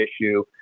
issue